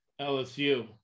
LSU